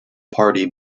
party